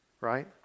Right